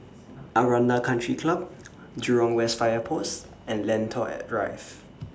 Aranda Country Club Jurong West Fire Post and Lentor Drive